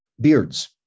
beards